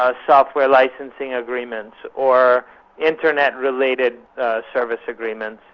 ah software licensing agreements, or internet-related service agreements.